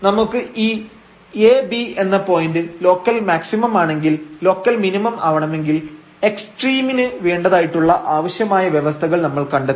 നമുക്ക് ഈ ab എന്ന പോയന്റ് ലോക്കൽ മാക്സിമം ആവണമെങ്കിൽ ലോക്കൽ മിനിമം ആവണമെങ്കിൽ എക്സ്ട്രീമിന് വേണ്ടതായിട്ടുള്ള ആവശ്യമായ വ്യവസ്ഥകൾ നമ്മൾ കണ്ടെത്തി